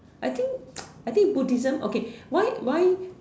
I think I think Buddhism okay why why